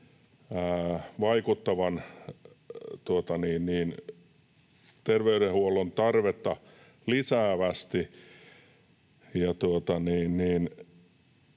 vaikuttavan terveydenhuollon tarvetta lisäävästi,